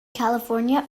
california